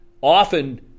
often